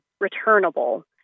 returnable